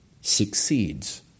succeeds